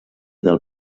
del